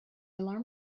alarm